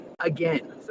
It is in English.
Again